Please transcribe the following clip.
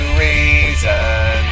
reason